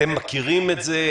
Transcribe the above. אתם מכירים את זה?